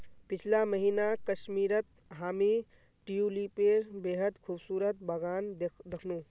पीछला महीना कश्मीरत हामी ट्यूलिपेर बेहद खूबसूरत बगान दखनू